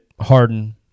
Harden